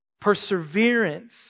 Perseverance